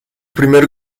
primer